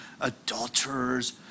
adulterers